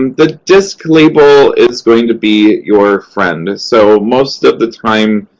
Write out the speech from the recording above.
and the disc label is going to be your friend. and so, most of the time,